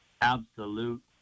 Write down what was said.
absolute